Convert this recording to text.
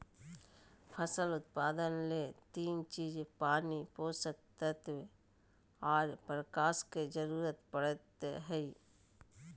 फसल उत्पादन ले तीन चीज पानी, पोषक तत्व आर प्रकाश के जरूरत पड़ई हई